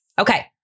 Okay